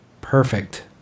perfect